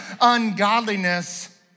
ungodliness